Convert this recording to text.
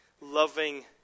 loving